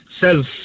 Self